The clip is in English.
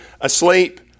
asleep